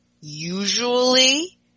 usually